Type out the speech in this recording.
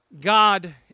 God